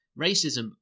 Racism